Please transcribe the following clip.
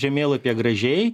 žemėlapyje gražiai